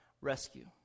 rescue